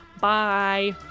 Bye